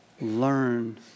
Learn